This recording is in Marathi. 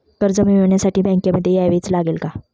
कर्ज मिळवण्यासाठी बँकेमध्ये यावेच लागेल का?